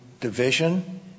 division